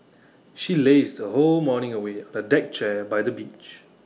she lazed her whole morning away on A deck chair by the beach